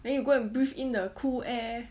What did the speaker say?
then you go and breathe in a cool air